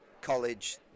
college